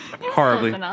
Horribly